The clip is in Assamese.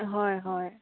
হয় হয়